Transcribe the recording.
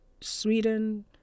Sweden